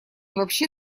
вообще